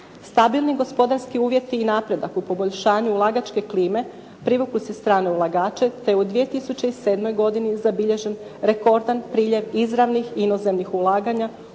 Stabilni gospodarski uvjeti i napredak u poboljšanju ulagačke klime privukli su strane ulagače te je u 2007. godini zabilježen rekordan priljev izravnih inozemnih ulaganja